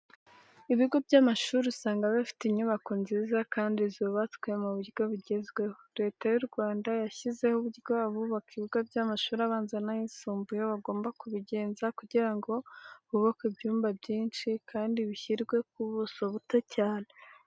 Ibigo by'amashuri usanga biba bifite inyubako nziza kandi zubatswe mu buryo bugezweho. Leta y'u Rwanda yashyizeho uburyo abubaka ibigo by'amashuri abanza n'ayisumbuye bagomba kubigenza kugira ngo hubakwe ibyumba byinshi kandi bishyirwe ku buso buto cyane.